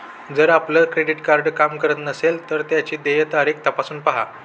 जर आपलं credit card काम करत नसेल तर त्याची देय तारीख तपासून पाहा